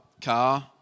car